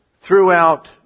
throughout